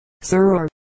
Sir